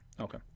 okay